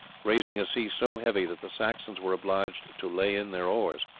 raising a sea so heavy that the saxons were obliged to lay in their oars.